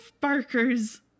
Barker's